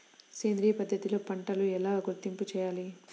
సేంద్రియ పద్ధతిలో పంటలు ఎలా గుర్తింపు చేయాలి?